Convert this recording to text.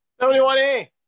71A